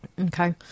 Okay